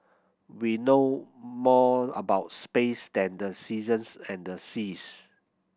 we know more about space than the seasons and the seas